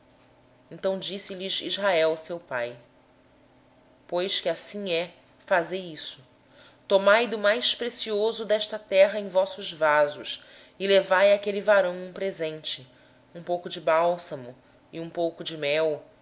volta então disse-lhes israel seu pai se é sim fazei isto tomai os melhores produtos da terra nas vossas vasilhas e levai ao homem um presente um pouco de bálsamo e um pouco de mel